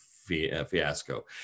fiasco